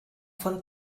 von